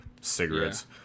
cigarettes